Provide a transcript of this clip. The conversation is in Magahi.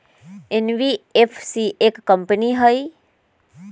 एन.बी.एफ.सी एक कंपनी हई?